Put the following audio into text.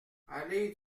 allée